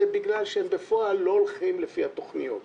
זה בגלל שבפועל הם לא הולכים לפי התוכניות.